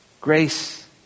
Grace